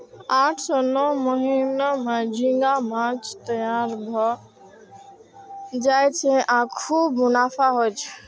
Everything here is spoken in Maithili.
आठ सं नौ महीना मे झींगा माछ तैयार भए जाय छै आ खूब मुनाफा होइ छै